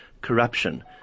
corruption